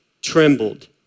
trembled